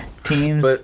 teams